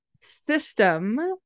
system